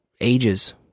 ages